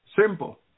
simple